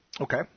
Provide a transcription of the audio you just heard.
Okay